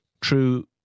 true